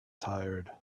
tired